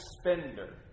spender